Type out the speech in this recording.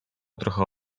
trochę